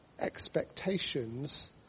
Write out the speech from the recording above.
expectations